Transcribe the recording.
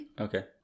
Okay